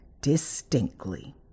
distinctly